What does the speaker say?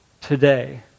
today